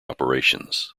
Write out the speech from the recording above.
operations